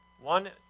one